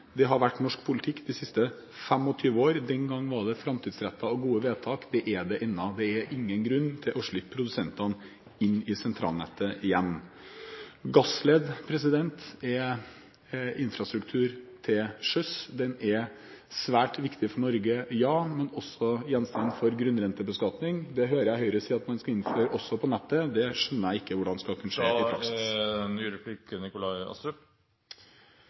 Det har vært norsk politikk de siste 25 år. Den gang var det framtidsrettede og gode vedtak. Det er det ennå. Det er ingen grunn til å slippe produsentene inn i sentralnettet igjen. Gassled er infrastruktur til sjøs. Den er svært viktig for Norge, ja, men også gjenstand for grunnrentebeskatning. Det hører jeg Høyre sier at man skal innføre også på nettet. Det skjønner jeg ikke hvordan skal kunne skje.